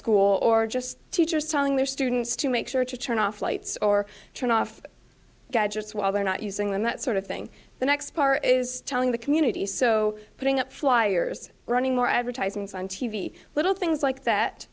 school or just teachers telling their students to make sure to turn off lights or turn off gadgets while they're not using them that sort of thing the next part is telling the community so putting up flyers running more advertisements on t v little things like that